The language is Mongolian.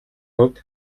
хувьд